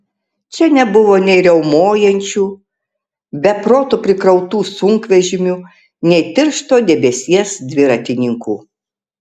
čia nebebuvo nei riaumojančių be proto prikrautų sunkvežimių nei tiršto debesies dviratininkų